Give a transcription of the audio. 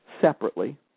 separately